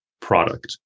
product